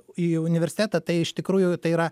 į universitetą tai iš tikrųjų tai yra